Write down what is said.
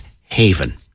Haven